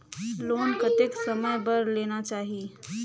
Loan कतेक समय बर लेना चाही?